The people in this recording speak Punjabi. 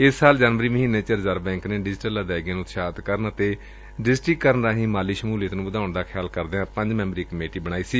ਇਸ ਸਾਲ ਜਨਵਰੀ ਮਹੀਨੇ 'ਚ ਰਿਜਰਵ ਬੈਂਕ ਨੇ ਡਿਜੀਟਲ ਅਦਾਇਗੀਆਂ ਨੂੰ ਉਤਸ਼ਾਹਿਤ ਕਰਨ ਅਤੇ ਡਿਜਟੀਕਰਨ ਰਾਹੀ ਮਾਲੀ ਸ਼ਮੂਲੀਅਤ ਨੂੰ ਵਧਾਉਣ ਦਾ ਖਿਆਲ ਕਰਦਿਆਂ ਪੰਜ ਮੈਂਬਰੀ ਕਮੇਟੀ ਬਣਾੀ ਸੀ